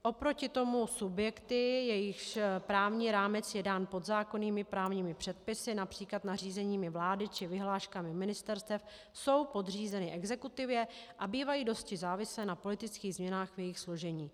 Oproti tomu subjekty, jejichž právní rámec je dán podzákonnými právními předpisy, například nařízeními vlády či vyhláškami ministerstev, jsou podřízeny exekutivě a bývají dosti závislé na politických změnách v jejich složení.